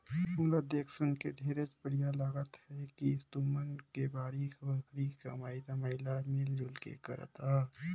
मोला देख सुनके ढेरेच बड़िहा लागत हे कि तुमन के बाड़ी बखरी के कमई धमई ल मिल जुल के करत अहा